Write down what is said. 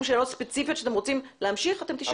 שאלות ספציפיות שאתם רוצים להמשיך אתם תשאלו.